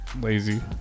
Lazy